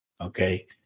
okay